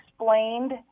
explained